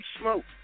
smoke